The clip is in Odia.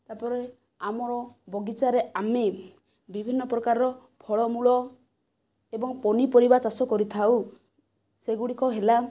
ତା'ପରେ ଆମର ବଗିଚାରେ ଆମେ ବିଭିନ୍ନ ପ୍ରକାରର ଫଳମୂଳ ଏବଂ ପନିପରିବା ଚାଷ କରିଥାଉ ସେଗୁଡ଼ିକ ହେଲା